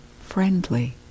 friendly